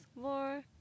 more